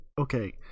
okay